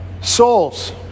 Souls